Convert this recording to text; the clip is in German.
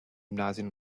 gymnasien